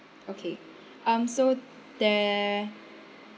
okay um so there